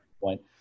point